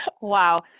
Wow